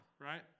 right